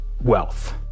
wealth